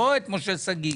לא את משה שגיא